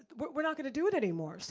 but we're not gonna do it anymore. so